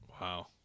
wow